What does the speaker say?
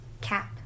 Cap